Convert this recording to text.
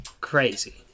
crazy